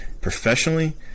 Professionally